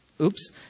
oops